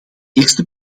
eerste